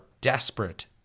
desperate